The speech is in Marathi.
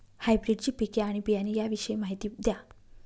हायब्रिडची पिके आणि बियाणे याविषयी माहिती द्या